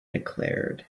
declared